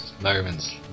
moments